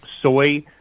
soy